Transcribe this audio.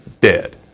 dead